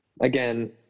again